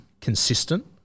consistent